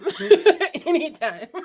Anytime